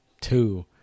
Two